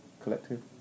collective